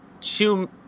two